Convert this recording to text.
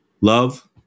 Love